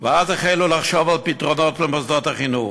ואז החלו לחשוב על פתרונות למוסדות החינוך.